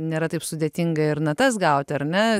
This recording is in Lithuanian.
nėra taip sudėtinga ir natas gauti ar ne